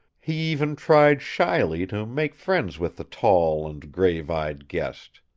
he even tried shyly to make friends with the tall and grave-eyed guest.